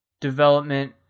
development